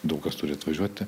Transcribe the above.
daug kas turi atvažiuoti